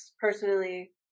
personally